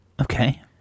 Okay